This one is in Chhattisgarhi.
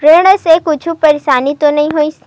ऋण से कुछु परेशानी तो नहीं होही?